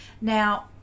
Now